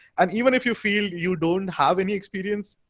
and even f you feel you don't have any xperience,